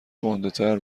گندهتر